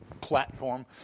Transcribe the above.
platform